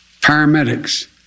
paramedics